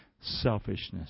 Selfishness